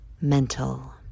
mental